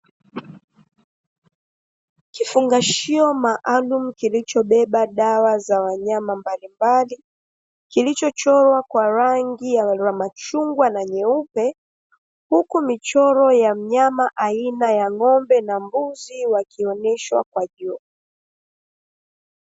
Kifungashio maalum kilichobeba dawa za wanyama mbalimbali, kilichochorwa kwa rangi ya machungwa na nyeupe huku michoro ya mnyama aina ya ng'ombe na mbuzi wakionyeshwa kwa juu